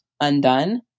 undone